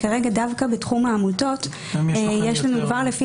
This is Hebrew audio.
שכרגע דווקא בתחום העמותות יש לנו כבר לפי